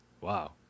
Wow